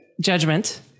Judgment